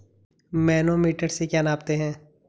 Manometer से क्या नापते हैं?